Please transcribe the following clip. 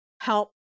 help